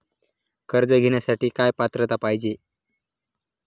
कर्ज घेण्यासाठी काय पात्रता पाहिजे?